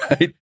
Right